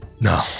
No